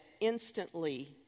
instantly